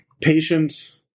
patient